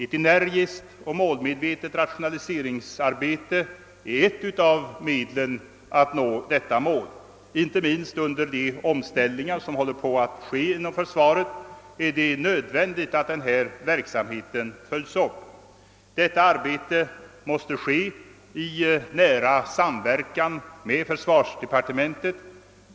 Ett energiskt och målmedvetet rationaliseringsarbete är ett av medlen att nå detta mål. Inte minst under de omställningar som för närvarande pågår inom försvaret är det nödvändigt att denna verksamhet följs upp. Detta arbete måste ske i nära samverkan med försvarsdepartementet.